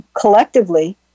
collectively